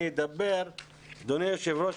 אדוני היו"ר,